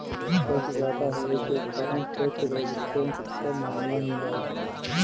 tax जादा होये के कारण टैक्स रेजिस्टेंस क मामला मिलला